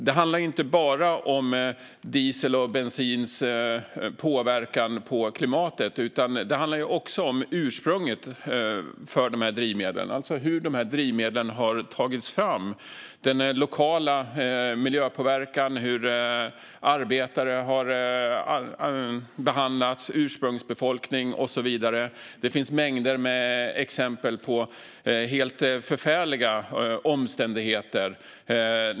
Det handlar inte bara om den påverkan som diesel och bensin har på klimatet utan också om dessa drivmedels ursprung, alltså om hur de här drivmedlen har tagits fram. Det handlar om den lokala miljöpåverkan, hur arbetare och ursprungsbefolkning har behandlats och så vidare. Det finns mängder med exempel på helt förfärliga omständigheter.